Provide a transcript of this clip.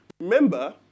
Remember